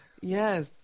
Yes